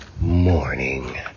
morning